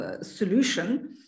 solution